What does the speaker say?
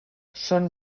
són